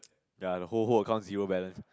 ya the whole whole account zero balance